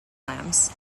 clams